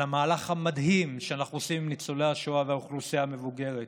על המהלך המדהים שאנחנו עושים עם ניצולי השואה והאוכלוסייה המבוגרת,